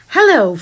Hello